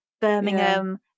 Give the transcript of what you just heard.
Birmingham